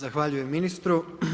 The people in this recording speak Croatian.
Zahvaljujem ministru.